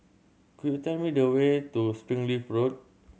could you tell me the way to Springleaf Road